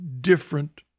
different